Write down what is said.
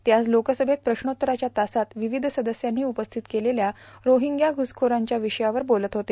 ते आज लोकसभेत प्रश्नोत्तराष्या तासात विविध सदस्यांनी उपस्थित केलेल्या रोहिंग्या घुसखोरांच्या विषयावर बोलत लोते